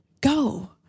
go